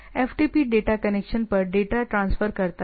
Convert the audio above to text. FTP data connection पर data transfer करता है